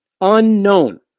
unknown